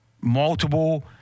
multiple